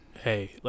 hey